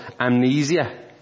amnesia